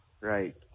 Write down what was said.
right